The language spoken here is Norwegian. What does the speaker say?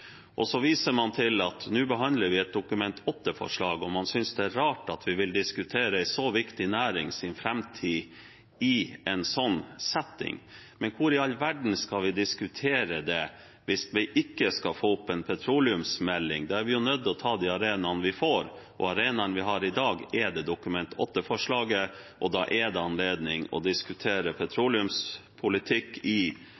viser til at vi nå behandler et Dokument 8-forslag, og man synes det er rart at vi vil diskutere en så viktig nærings framtid i en sånn setting. Men hvor i all verden skal vi diskutere det hvis vi ikke skal få opp en petroleumsmelding? Da er vi nødt til å ta de arenaene vi får. Og arenaen vi har i dag, er det Dokument 8-forslaget. Da er det anledning til å diskutere petroleumspolitikk i